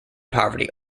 poverty